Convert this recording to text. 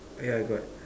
yeah got